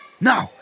No